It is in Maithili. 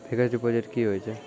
फिक्स्ड डिपोजिट की होय छै?